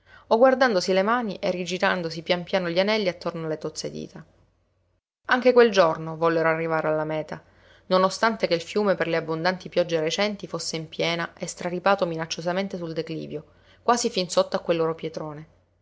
o guardandosi le mani e rigirandosi pian piano gli anelli attorno alle tozze dita anche quel giorno vollero arrivare alla meta non ostante che il fiume per le abbondanti piogge recenti fosse in piena e straripato minacciosamente sul declivio quasi fin sotto a quel loro pietrone